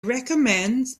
recommend